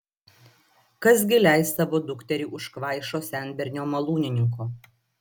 kas gi leis savo dukterį už kvaišo senbernio malūnininko